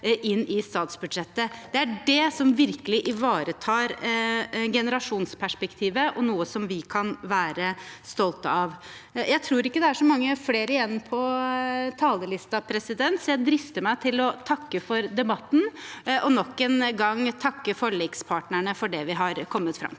Det er det som virkelig ivaretar generasjonsperspektivet, og det er noe vi kan være stolte av. Jeg tror ikke det er så mange flere igjen på talerlisten, så jeg drister meg til å takke for debatten og nok en gang takke forlikspartnerne for det vi har kommet fram